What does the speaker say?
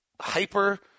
hyper –